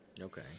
okay